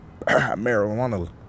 marijuana